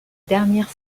dernière